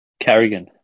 Carrigan